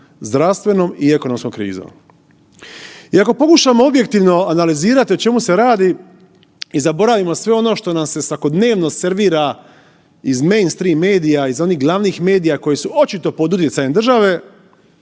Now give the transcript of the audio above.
zdravstvenom i ekonomskom krizom. I ako pokušamo objektivno analizirati o čemu se radi i zaboravimo sve ono što nam se svakodnevno servira iz mainstream medija iz onih glavnih medija koji su očito pod utjecajem države,